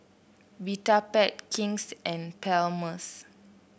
Vitapet King's and Palmer's